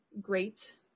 great